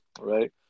right